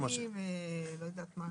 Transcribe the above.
צריך לקרוא לזה "מרכז כוננים" או לא יודעת מה,